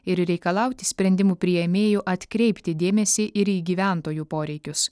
ir reikalauti sprendimų priėmėjų atkreipti dėmesį ir į gyventojų poreikius